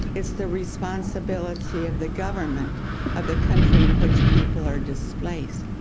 it's the responsibility of the government of the country in which people are displaced,